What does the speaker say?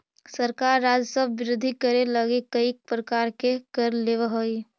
सरकार राजस्व वृद्धि करे लगी कईक प्रकार के कर लेवऽ हई